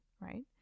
right